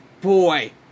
boy